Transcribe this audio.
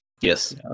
yes